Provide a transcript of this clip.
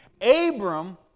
Abram